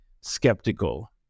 skeptical